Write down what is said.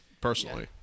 personally